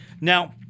Now